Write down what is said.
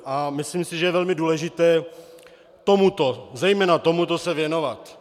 A myslím si, že je velmi důležité tomuto, zejména tomuto se věnovat.